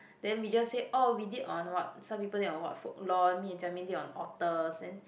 then we just say oh we did on what some people did on what folklore me and Jia-Ming did on authors then